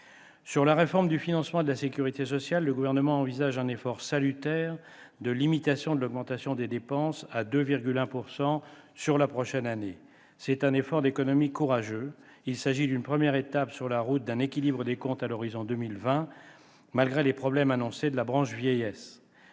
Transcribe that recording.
de la réforme du financement de la sécurité sociale, le Gouvernement envisage un effort salutaire de limitation de l'augmentation des dépenses de sécurité sociale à 2,1 % sur la prochaine année. C'est un effort d'économie courageux. Il s'agit d'une première étape sur la route d'un équilibre des comptes à l'horizon 2020, malgré les problèmes annoncés de la branche vieillesse.